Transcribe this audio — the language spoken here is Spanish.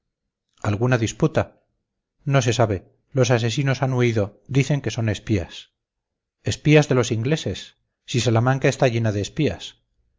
alguna disputa no se sabe los asesinos han huido dicen que son espías espías de los ingleses si salamanca está llena de espías